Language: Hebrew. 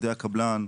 עובדי הקבלן,